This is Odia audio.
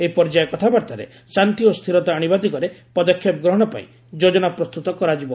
ଏହି ପର୍ଯ୍ୟାୟ କଥାବାର୍ଭାରେ ଶାନ୍ତି ଓ ସ୍ତିରତା ଆଶିବା ଦିଗରେ ପଦକ୍ଷେପ ଗ୍ରହଣ ପାଇଁ ଯୋଜନା ପ୍ରସ୍ତୁତ କରାଯିବ